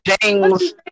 James